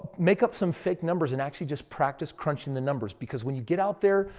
make up some fake numbers and actually just practice crunching the numbers. because when you get out there,